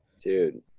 Dude